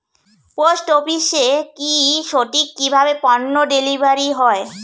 Post অফিসে কি সঠিক কিভাবে পন্য ডেলিভারি হয়?